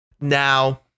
Now